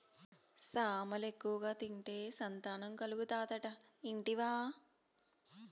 సామలు ఎక్కువగా తింటే సంతానం కలుగుతాదట ఇంటివా